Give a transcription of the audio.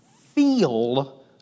feel